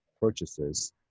Purchases